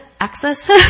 access